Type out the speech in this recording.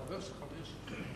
חברי השרים,